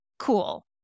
Cool